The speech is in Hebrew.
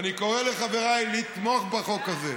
ואני קורא לחבריי לתמוך בחוק הזה.